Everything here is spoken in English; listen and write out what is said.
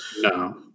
No